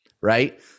right